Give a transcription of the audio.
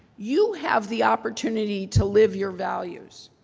you have the opportunity to live your values.